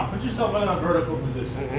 so but in a vertical position.